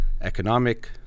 economic